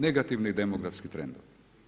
Negativni demografski trendovi.